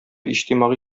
иҗтимагый